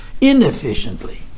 inefficiently